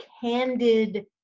candid